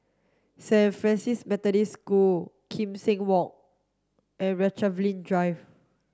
Saint Francis Methodist School Kim Seng Walk and Rochalie Drive